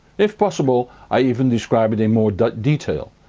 if possible, i even describe it in more detail.